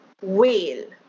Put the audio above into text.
whale